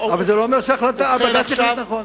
אבל זה לא אומר שהבג"ץ החליט נכון.